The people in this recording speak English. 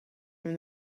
from